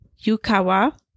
Yukawa